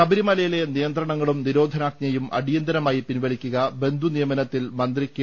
ശബരിമല യിലെ നിയന്ത്രണങ്ങളും നിരോധനാജ്ഞയും അടിയന്തരമായി പിൻവലിക്കുക ബന്ധു നിയമനത്തിൽ മന്ത്രി കെ